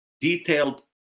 detailed